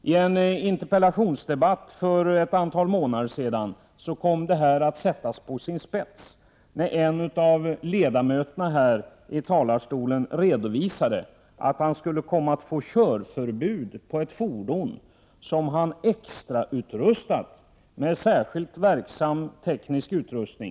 I en interpellationsdebatt för ett antal månader sedan kom detta spörsmål att ställas på sin spets när en riksdagsledamot här i talarstolen redovisade att han skulle få körförbud på sitt fordon som han hade försett med extrautrustning. Det handlade om en särskilt verksam teknisk utrustning.